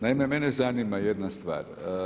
Naime, mene zanima jedna stvar.